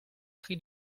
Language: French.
cri